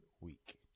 week